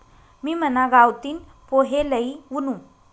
मी मना गावतीन पोहे लई वुनू